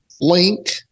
link